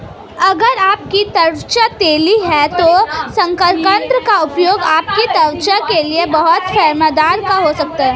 अगर आपकी त्वचा तैलीय है तो शकरकंद का उपयोग आपकी त्वचा के लिए बहुत फायदेमंद हो सकता है